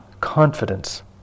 confidence